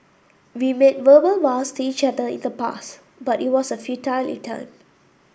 we made verbal vows to each other in the past but it was a futile